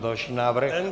Další návrh.